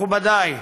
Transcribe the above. מכובדי,